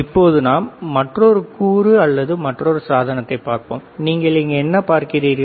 இப்போது நாம் மற்றொரு கூறு அல்லது மற்றொரு சாதனத்தைப் பார்ப்போம் நீங்கள் இங்கே என்ன பார்க்கிறீர்கள்